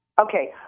Okay